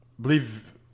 believe